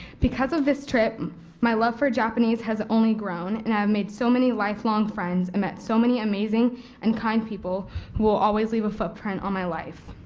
because of this trip my love for japanese has only grown, and i have made so many lifelong friends, and met so many amazing and kind people who will always leave a footprint on my life.